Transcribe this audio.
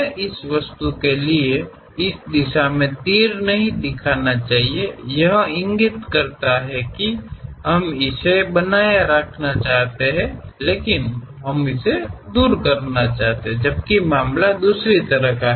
ಈ ವಸ್ತುವಿಗೆ ನಾವು ಈ ದಿಕ್ಕಿನಲ್ಲಿ ಬಾಣಗಳನ್ನು ತೋರಿಸಬಾರದು ನಾವು ಇದನ್ನು ಉಳಿಸಿಕೊಳ್ಳಲು ಬಯಸುತ್ತೇವೆ ಎಂದು ಅದು ಸೂಚಿಸುತ್ತದೆ ಆದರೆ ನಾವು ಅದನ್ನು ತೆಗೆದುಹಾಕಲು ಬಯಸುತ್ತೇವೆ ಆದರೆ ಈ ಪ್ರಕರಣವು ಬೇರೆ ಮಾರ್ಗವಾಗಿದೆ